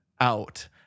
out